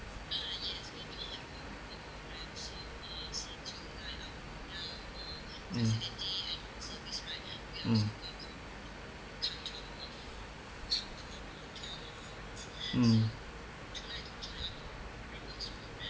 mm